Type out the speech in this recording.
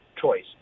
choice